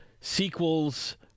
sequels